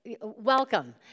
welcome